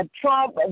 Trump